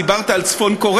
דיברת על צפון-קוריאה,